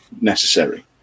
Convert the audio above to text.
necessary